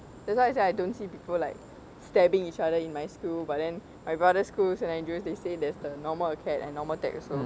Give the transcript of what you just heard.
that's why I say I don't see people like stabbing each other in my school but then my brother's school saint andrew's they say there's the normal acad and normal tech also